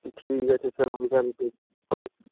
আচ্ছা ঠিক আছে স্যার আমি তাহলে